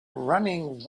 running